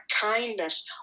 kindness